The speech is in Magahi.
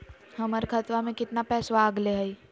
हमर खतवा में कितना पैसवा अगले हई?